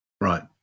right